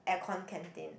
aircon canteen